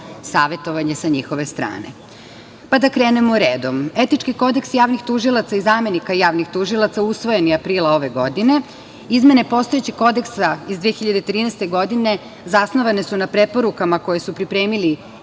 savetovanje sa njihove strane. Da krenemo redom. Etički kodeks javnih tužilaca i zamenika javnih tužilaca usvojen je aprila ove godine. Izmene postojećeg Kodeksa iz 2013. godine zasnovane su na preporukama koje su pripremili